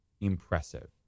impressive